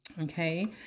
Okay